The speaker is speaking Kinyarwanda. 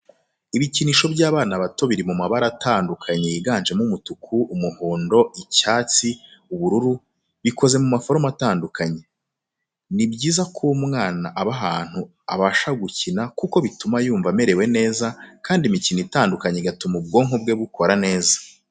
Ibikinisho by'abana bato biri mu mabara atandukanye yiganjemo umutuku, umuhondo, icyatsi, ubururu, bikoze mu maforomo atandukanye. Ni byiza ko umwana aba ahantu abasha gukina kuko bituma yumva amerewe neza kandi imikino itandukanye igatuma ubwonko bwe bukora neza.